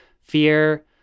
fear